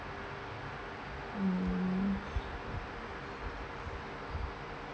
mm